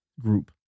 group